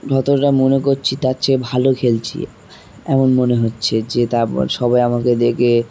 যতটা মনে করছি তার চেয়ে ভালো খেলছি এমন মনে হচ্ছে যে তারপর সবাই আমাকে দেখে